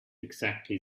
exactly